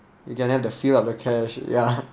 you can have the feel of the cash ya